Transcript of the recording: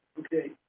Okay